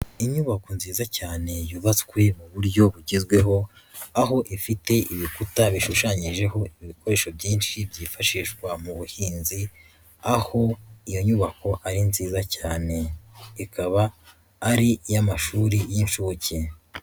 Inyubako nziza cyane yubatswe mu buryo bugezweho, aho ifite ibikuta bishushanyijeho ibikoresho byinshi byifashishwa mu buhinzi, aho iyo nyubako ari nziza cyane. Ikaba ari iy'amashuri y'incuke.